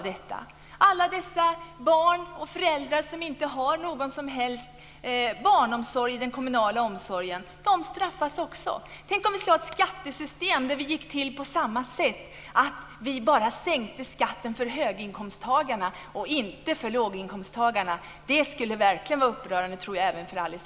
De föräldrar som inte har någon kommunal barnomsorg straffas också. Tänk om vi hade ett skattesystem där det gick till på samma sätt, att vi sänkte skatten bara för höginkomsttagarna och inte för låginkomsttagarna! Det skulle verkligen vara upprörande, även för Alice